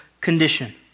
condition